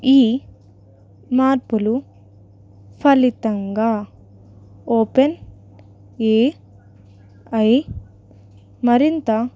ఈ మార్పులు ఫలితంగా ఓపెన్ ఏ ఐ మరింత